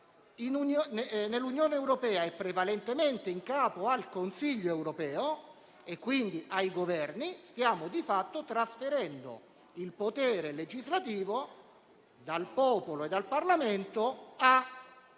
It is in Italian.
nell'Unione europea è prevalentemente in capo al Consiglio europeo, e quindi ai Governi, stiamo di fatto trasferendo il potere legislativo dal popolo e dal Parlamento ai